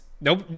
Nope